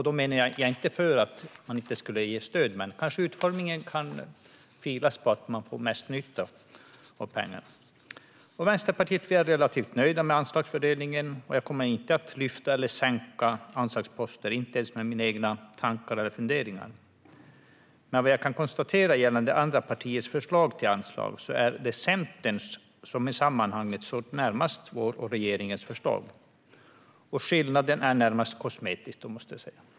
Då menar jag inte att man inte ska ge stöd, men man kanske kan fila på utformningen för att få mest nytta av pengarna. Vi i Vänsterpartiet är relativt nöjda med anslagsfördelningen. Jag kommer inte att lyfta eller sänka några anslagsposter, inte ens med mina egna tankar eller funderingar. Vad jag kan konstatera gällande andra partiers förslag till anslag är att det är Centerns som i sammanhanget står närmast vårt och regeringens förslag. Skillnaden är i det närmaste kosmetisk.